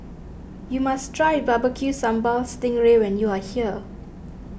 you must try Barbecue Sambal Sting Ray when you are here